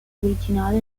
originale